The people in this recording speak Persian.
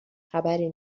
خبری